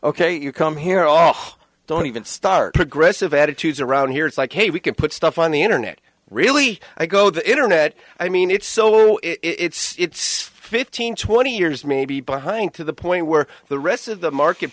ok you come here all don't even start progressive attitudes around here it's like hey we can put stuff on the internet really i go the internet i mean it's so low it's fifteen twenty years maybe behind to the point where the rest of the